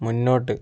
മുന്നോട്ട്